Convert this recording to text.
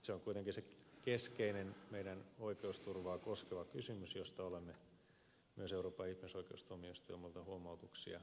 se on kuitenkin se keskeinen meidän oikeusturvaamme koskeva kysymys josta olemme myös euroopan ihmisoikeustuomioistuimelta huomautuksia saaneet